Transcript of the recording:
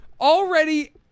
Already